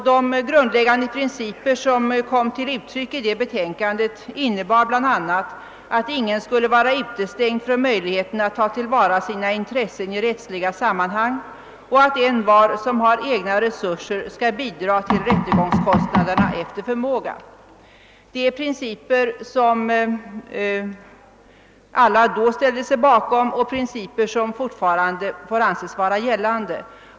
De grundläggande principer som kom till uttryck i kommitténs betänkande innebar bl.a. att ingen skulle vara utestängd från möjligheten att ta till vara sina intressen i rättsliga sammanhang, men att envar som hade egna resurser skulle bidraga till rättegångskostnaderna efter förmåga. Det är principer som alla då ställde sig bakom och som fortfarande får anses vara gällande.